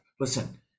listen